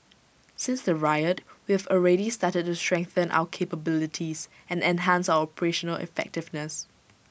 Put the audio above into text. since the riot we have already started to strengthen our capabilities and enhance our operational effectiveness